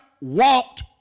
walked